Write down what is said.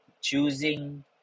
choosing